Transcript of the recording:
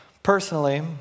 Personally